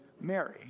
Mary